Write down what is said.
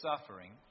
suffering